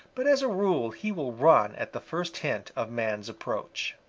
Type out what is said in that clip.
but as a rule he will run at the first hint of man's approach.